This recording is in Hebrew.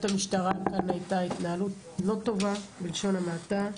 המשטרה כאן הייתה התנהלות לא טובה בלשון המעטה.